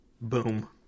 Boom